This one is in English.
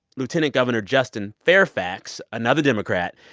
lieutenant governor justin fairfax, another democrat,